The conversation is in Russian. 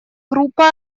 группа